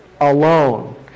alone